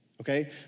Okay